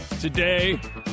Today